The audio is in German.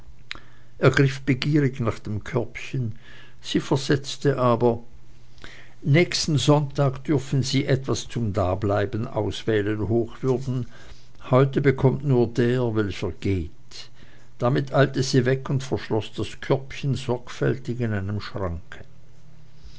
griff begierig nach dem körbchen sie versetzte aber nächsten sonntag dürfen sie etwas zum dableiben auswählen hochwürden heute bekommt nur der welcher geht damit eilte sie weg und verschloß das körbchen sorgfältig in einem schranke